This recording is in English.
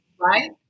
right